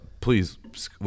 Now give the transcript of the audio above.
please